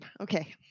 Okay